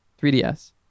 3DS